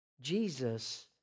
Jesus